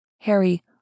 Harry